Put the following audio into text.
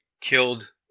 killed